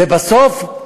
ובסוף,